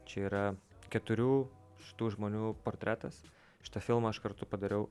čia yra keturių šitų žmonių portretas šitą filmą iš karto padariau